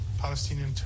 Palestinian